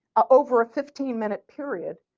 ah over fifteen minute period,